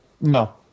No